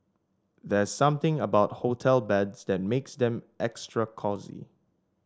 there's something about hotel beds that makes them extra cosy